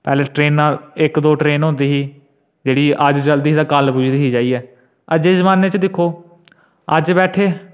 पैह्लें ट्रेन इक दो ट्रेन होंदी ही जेह्ड़ीअज्ज चलदी ही ते कल पुजदी ही जाइयै अज्ज जमाने च दिक्खो अज्ज बैठे